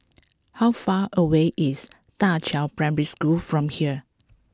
how far away is Da Qiao Primary School from here